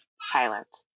silent